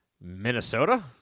Minnesota